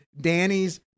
Danny's